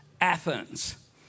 Athens